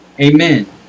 amen